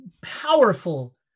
powerful